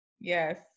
Yes